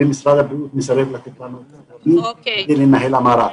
ומשרד הבריאות מסרב לתת לנו את הנתונים כדי לנהל את המערך.